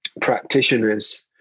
practitioners